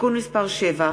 (תיקון מס' 7)